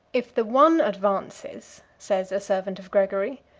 if the one advances, says a servant of gregory,